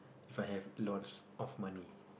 If I have lots of money